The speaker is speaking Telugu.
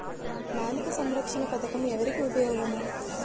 బాలిక సంరక్షణ పథకం ఎవరికి ఉపయోగము?